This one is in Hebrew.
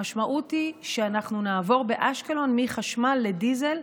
המשמעות היא שנעבור באשקלון מחשמל לדיזל,